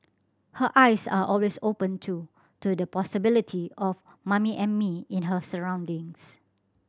her eyes are always open too to the possibility of Mummy and Me in her surroundings